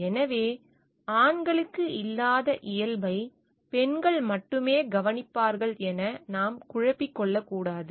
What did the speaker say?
எனவே ஆண்களுக்கு இல்லாத இயல்பைப் பெண்கள் மட்டுமே கவனிப்பார்கள் என நாம் குழப்பிக் கொள்ளக் கூடாது